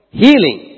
healing